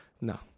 No